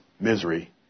misery